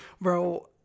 bro